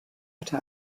watte